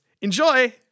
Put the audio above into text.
enjoy